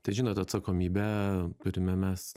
tai žinot atsakomybę turime mes